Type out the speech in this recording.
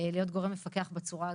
ולהיות גורם מפקח בצורה הזאת,